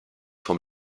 vom